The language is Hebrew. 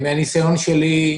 מן הניסיון שלי,